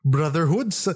Brotherhoods